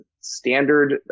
standard